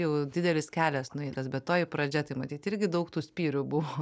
jau didelis kelias nueitas bet toji pradžia tai matyt irgi daug tų spyrių buvo